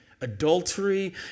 adultery